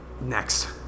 Next